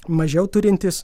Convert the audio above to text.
mažiau turintys